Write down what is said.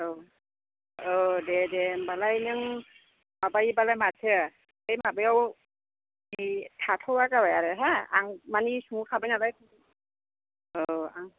औ औ दे दे होनबालाय नों माबायोबालाय माथो बे माबायाव बे थाथ'बानो जाबाय आरो हो आं मानि सौफैखाबाय नालाय औ आं